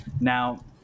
Now –